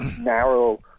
narrow